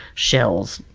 shells,